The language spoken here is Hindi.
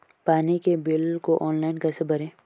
पानी के बिल को ऑनलाइन कैसे भरें?